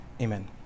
amen